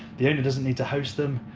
the owner doesn't need to host them,